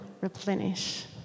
replenish